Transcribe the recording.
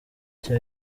cya